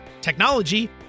technology